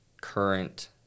current